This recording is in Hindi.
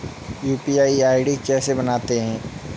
यू.पी.आई आई.डी कैसे बनाते हैं?